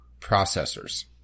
processors